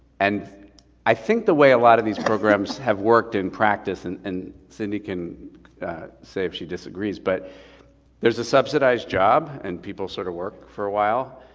and i think the way a lot of these programs have worked in practice, and and cindy can say if she disagrees, but there's a subsidized job and people sort of work for awhile,